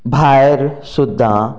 भायर सुद्दां